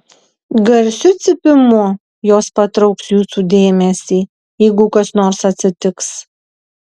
garsiu cypimu jos patrauks jūsų dėmesį jeigu kas nors atsitiks